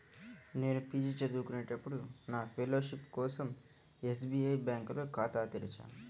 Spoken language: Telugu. నేను పీజీ చదువుకునేటప్పుడు నా ఫెలోషిప్ కోసం ఎస్బీఐ బ్యేంకులో ఖాతా తెరిచాను